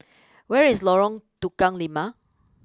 where is Lorong Tukang Lima